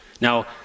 Now